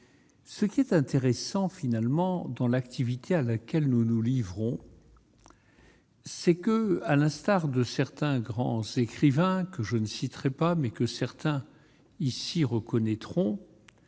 ce qui est intéressant finalement dans l'activité à laquelle nous nous livrons c'est que, à l'instar de certains grands écrivains que je ne citerai pas, mais que certains ici reconnaîtront